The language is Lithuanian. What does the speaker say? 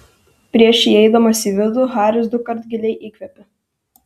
prieš įeidamas į vidų haris dukart giliai įkvėpė